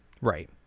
Right